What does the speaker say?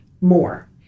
more